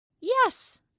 Yes